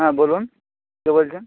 হ্যাঁ বলুন কে বলছেন